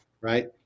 Right